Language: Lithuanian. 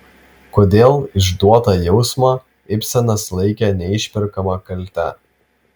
kodėl išduotą jausmą ibsenas laikė neišperkama kalte